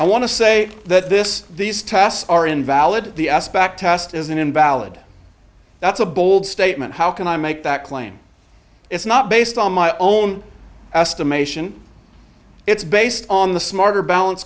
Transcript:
i want to say that this these tests are invalid back test isn't invalid that's a bold statement how can i make that claim it's not based on my own estimation it's based on the smarter balance